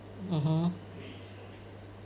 mmhmm